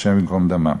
השם ייקום דמם.